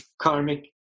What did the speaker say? karmic